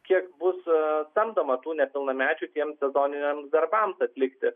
kiek bus samdoma tų nepilnamečių tiems sezoniniams darbams atlikti